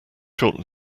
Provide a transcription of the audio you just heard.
short